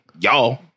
Y'all